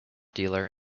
dealer